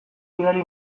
bidali